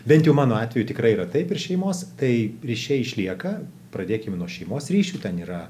bent jau mano atveju tikrai yra taip ir šeimos tai ryšiai išlieka pradėkim nuo šeimos ryšiu ten yra